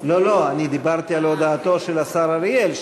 דיברתי על הודעתו של השר אריאל,